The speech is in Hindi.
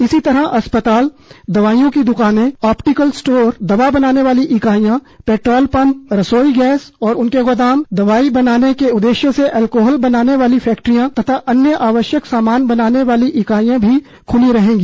इसी तरह अस्पताल दवाईयों की दुकानें ऑप्टिकल स्टोर दवा बनाने वाली इकाईयां पैट्रोल पंप रसोई गैस और उनके गोदाम दवाई बनाने के उद्देश्य से एल्कोहल बनाने वाली फैक्ट्रियां तथा अन्य आवश्यक सामान बनाने वाली इकाइयां भी खुली रहेंगी